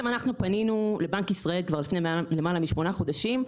אנחנו פנינו לבנק ישראל כבר לפני למעלה שמונה חודשים,